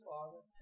Father